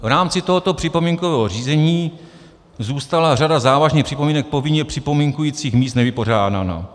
V rámci tohoto připomínkového řízení zůstala řada závažných připomínek povinně připomínkujících míst nevypořádaná.